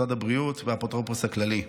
משרד הבריאות והאפוטרופוס הכללי.